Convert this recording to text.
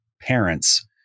parents